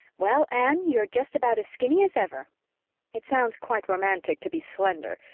well, anne, you're just about as skinny as ever it sounds quite romantic to be slender,